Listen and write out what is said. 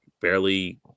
barely